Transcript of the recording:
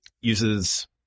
uses